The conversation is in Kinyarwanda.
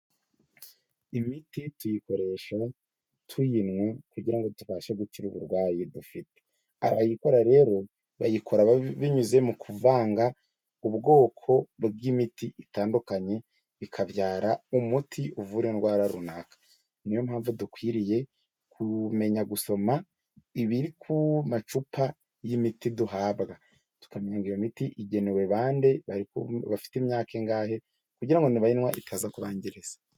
Imiti tuyikoresha tuyinywa, kugira ngo tubashe gukira uburwayi dufite, abayikora rero bayikora binyuze mu kuvanga ubwoko bw'imiti itandukanye, bikabyara umuti uvura indwara runaka, niyo mpamvu dukwiriye kumenya gusoma ibiri ku macupa y'imiti duhabwa, tukamenya ngo iyo miti igenewe bande, bafite imyaka ingahe, kugira ngo nibayinywa itaza kubangiriza.